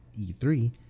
E3